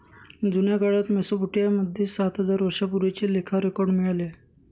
जुन्या काळात मेसोपोटामिया मध्ये सात हजार वर्षांपूर्वीचे लेखा रेकॉर्ड मिळाले आहे